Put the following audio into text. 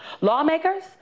lawmakers